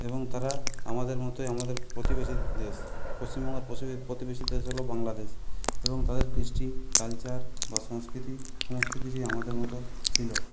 এবং তারা আমাদের মতোই আমাদের প্রতিবেশী দেশ পশ্চিমবঙ্গের প্রতিবেশী দেশ হল বাংলাদেশ এবং তাদের দৃষ্টি কালচার বা সংস্কৃতি সমস্ত কিছুই আমাদের মতোই ছিল